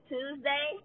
Tuesday